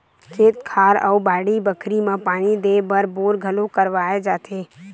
खेत खार अउ बाड़ी बखरी म पानी देय बर बोर घलोक करवाए जाथे